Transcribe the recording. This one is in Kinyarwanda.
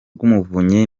rw’umuvunyi